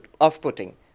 off-putting